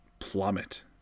plummet